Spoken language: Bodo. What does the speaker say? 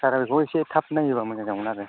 सारआ बिखौ एसे थाब नायोबा मोजां जागौमोन आरो